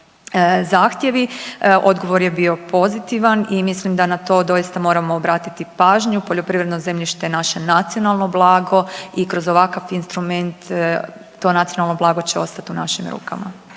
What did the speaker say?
zahtjevi, odgovor je bio pozitivan i mislim da na to doista moramo obratiti pažnju, poljoprivredno zemljište je naše nacionalno blago i kroz ovakav instrument to nacionalno blago će ostat u našim rukama.